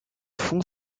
fond